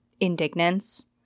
indignance